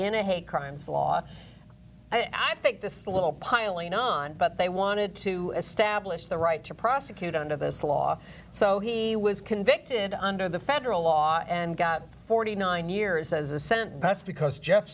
a hate crimes law i think this a little piling on but they wanted to establish the right to prosecute under this law so he was convicted under the federal law and got forty nine years as assent and that's because jeff